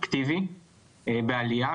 אקטיבי בעלייה,